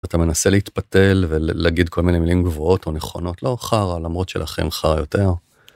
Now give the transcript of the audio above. אתה מנסה להתפתל ולהגיד כל מיני מילים גבוהות או נכונות, לא חרא למרות שלכם חרא יותר.